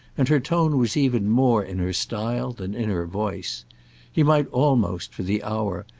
and her tone was even more in her style than in her voice he might almost, for the hour,